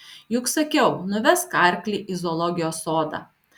juk sakiau nuvesk arklį į zoologijos sodą